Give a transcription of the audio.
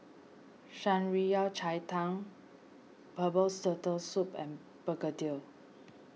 Shan Rui Yao Cai Tang Herbal Turtle Soup and Begedil